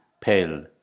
pale